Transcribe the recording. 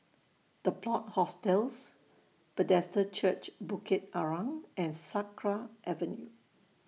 The Plot Hostels Bethesda Church Bukit Arang and Sakra Avenue